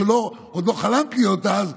שעוד לא חלמת להיות בו אז,